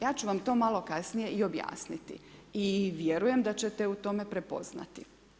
Ja ću vam to malo kasnije i objasniti i vjerujem da ćete u tome i prepoznati.